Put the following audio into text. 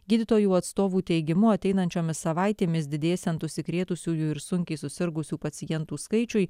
gydytojų atstovų teigimu ateinančiomis savaitėmis didėsiant užsikrėtusiųjų ir sunkiai susirgusių pacientų skaičiui